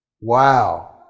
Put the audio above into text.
Wow